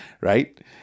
right